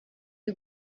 you